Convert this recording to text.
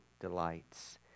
delights